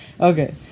Okay